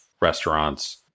restaurants